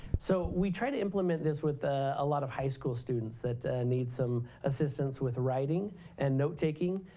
so we tried to implement this with a lot of high school students that need some assistance with writing and note taking.